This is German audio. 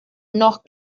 noch